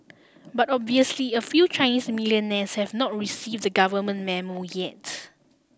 but obviously a few Chinese millionaires have not received the government memo yet